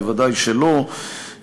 בוודאי שלא".